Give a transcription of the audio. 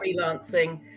freelancing